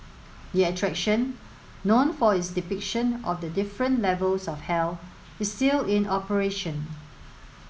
the attraction known for its depiction of the different levels of hell is still in operation